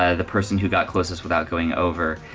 ah the person who got closest without going over.